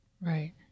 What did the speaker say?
Right